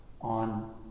on